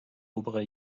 obere